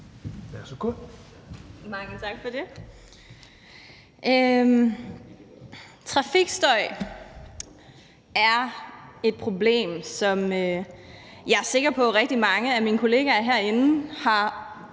Trafikstøj er et problem, som jeg er sikker på at rigtig mange af mine kollegaer har